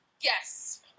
Yes